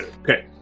Okay